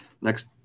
next